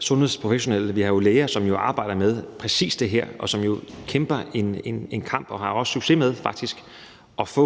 sundhedsprofessionelle, vi har jo læger, som arbejder med præcis det her, og som kæmper en kamp for at få – og faktisk også har succes